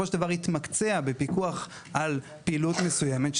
של דבר התמקצע בפיקוח על פעילות מסוימת,